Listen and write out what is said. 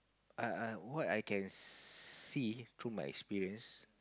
I I what I can see through my experience